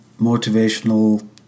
motivational